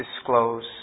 disclose